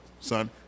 son